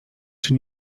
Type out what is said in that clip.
czy